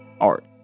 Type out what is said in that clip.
art